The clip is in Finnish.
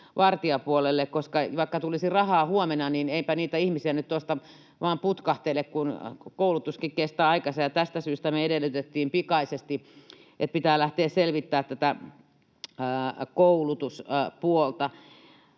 koska vaikka tulisi rahaa huomenna, niin eipä niitä ihmisiä nyt tuosta vain putkahtele, kun koulutuskin kestää aikansa. Tästä syystä me edellytettiin pikaisesti, että pitää lähteä selvittämään tätä koulutuspuolta.